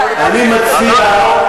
אנחנו לא מנגחים את מדינת ישראל.